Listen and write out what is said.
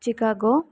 Chicago